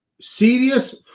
Serious